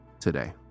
today